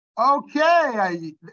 Okay